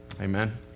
Amen